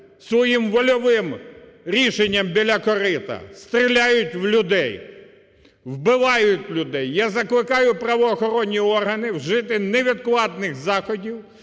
своїм вольовим рішенням біля корита, стріляють в людей, вбивають людей. Я закликаю правоохоронні органи вжити невідкладних заходів